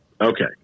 okay